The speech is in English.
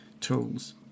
tools